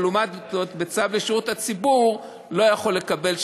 ולעומת זאת בצו לשירות הציבור לא יכול לקבל,